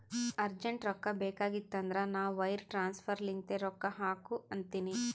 urgent ರೊಕ್ಕಾ ಬೇಕಾಗಿತ್ತಂದ್ರ ನಾ ವೈರ್ ಟ್ರಾನ್ಸಫರ್ ಲಿಂತೆ ರೊಕ್ಕಾ ಹಾಕು ಅಂತಿನಿ